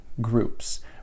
groups